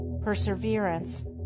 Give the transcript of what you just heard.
perseverance